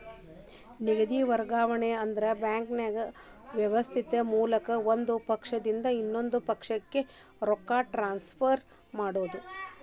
ನಿಧಿ ವರ್ಗಾವಣೆ ಅಂದ್ರ ಬ್ಯಾಂಕಿಂಗ್ ವ್ಯವಸ್ಥೆ ಮೂಲಕ ಒಂದ್ ಪಕ್ಷದಿಂದ ಇನ್ನೊಂದ್ ಪಕ್ಷಕ್ಕ ರೊಕ್ಕ ಟ್ರಾನ್ಸ್ಫರ್ ಮಾಡೋದ್